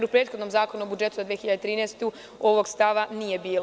U prethodnom zakonu o budžetu za 2013. godinu, ovog stava nije bilo.